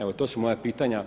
Evo to su moja pitanja.